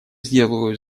сделаю